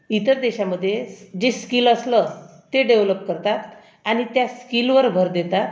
इतर देशामध्ये जे स्किल असलं ते डेव्हलप करतात आणि त्या स्किलवर भर देतात